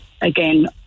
again